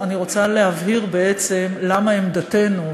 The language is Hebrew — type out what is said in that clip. אני רוצה להבהיר בעצם למה עמדתנו,